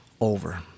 over